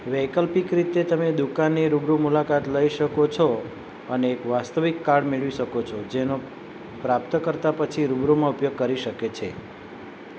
વૈકલ્પિક રીતે તમે દુકાનની રૂબરૂ મુલાકાત લઈ શકો છો અને એક વાસ્તવિક કાર્ડ મેળવી શકો છો જેનો પ્રાપ્તકર્તા પછી રૂબરૂમાં ઉપયોગ કરી શકે છે